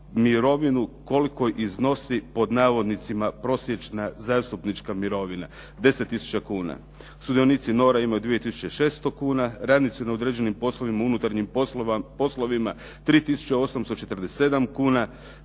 mirovinu koliko iznosi pod navodnicima "prosječna zastupnička mirovina", 10 tisuća kuna, sudionici NORA imaju 2600 kuna, radnici na određenim poslovima, unutarnjim poslova 3847 kuna,